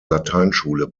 lateinschule